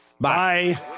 Bye